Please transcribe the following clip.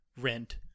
rent